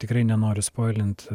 tikrai nenoriu spoilint